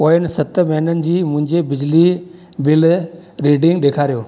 पोयनि सत महिननि जी मुंहिंजे बिजली बिल रीडिंग ॾेखारियो